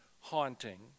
haunting